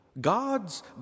God's